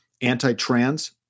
anti-trans